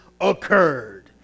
occurred